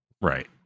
Right